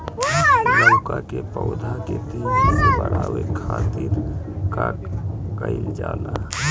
लउका के पौधा के तेजी से बढ़े खातीर का कइल जाला?